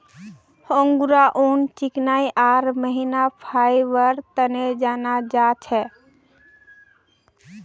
angora ऊन चिकनाई आर महीन फाइबरेर तने जाना जा छे